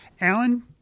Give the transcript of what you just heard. Alan